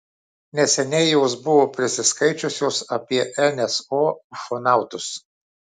neseniai jos buvo prisiskaičiusios apie nso ufonautus